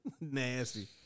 Nasty